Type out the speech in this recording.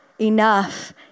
enough